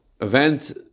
event